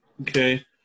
Okay